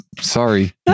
Sorry